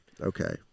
Okay